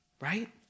Right